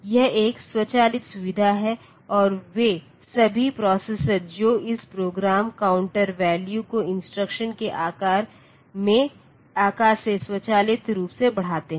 यह एक स्वचालित सुविधा है और वे सभी प्रोसेसर जो इस प्रोग्राम काउंटर वैल्यू को इंस्ट्रक्शन के आकार से स्वचालित रूप से बढ़ाते हैं